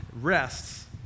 rests